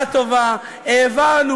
ובשעה טובה העברנו,